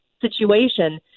situation